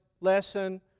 lesson